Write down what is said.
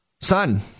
son